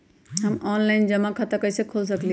हम ऑनलाइन जमा खाता कईसे खोल सकली ह?